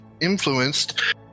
influenced